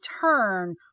turn